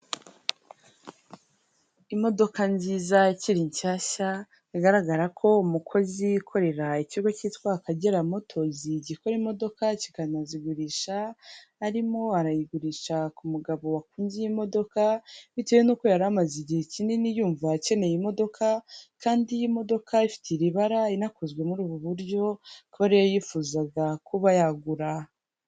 Imodoka nziza ikiri nshyashya igaragara ko umukozi wikorera ikigo cyitwa akageramoto gikora imodoka kikanazigurisha arimo arayigurisha ku mugabo wakunze imodoka bitewe nuko yari amaze igihe kinini yumva akeneye imodoka kandi y'imodoka ifite iri bara yakozwe muri ubu buryo kore yifuzaga kuba yagura.